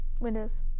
windows